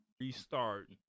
restart